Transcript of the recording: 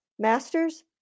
Masters